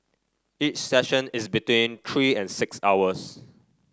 each session is between three and six hours